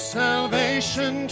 salvation